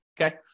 okay